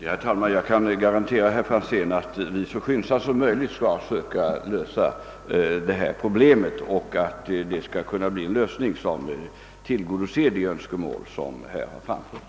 Herr talman! Jag kan garantera herr Franzén i Motala, att vi så skyndsamt som möjligt skall försöka lösa problemet på sådant sätt, att det kan tillgodose de önskemål som här framförts.